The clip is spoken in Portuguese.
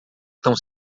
tão